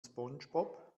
spongebob